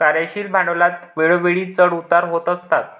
कार्यशील भांडवलात वेळोवेळी चढ उतार होत असतात